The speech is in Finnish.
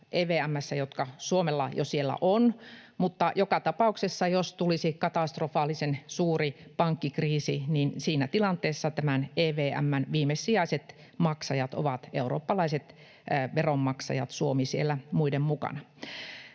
EVM:ssä, jotka Suomella siellä jo ovat, mutta joka tapauksessa, jos tulisi katastrofaalisen suuri pankkikriisi, siinä tilanteessa tämän EVM:n viimesijaiset maksajat ovat eurooppalaiset veronmaksajat, Suomi siellä muiden mukana.